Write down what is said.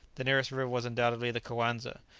the nearest river was undoubtedly the coanza,